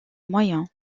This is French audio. moyens